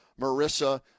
Marissa